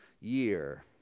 year